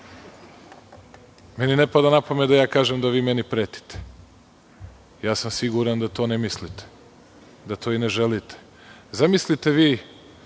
Meni ne pada na pamet da ja kažem da vi meni pretite. Ja sam siguran da to ne mislite, da to i ne želite. Zamislite vi